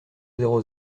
zéro